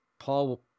Paul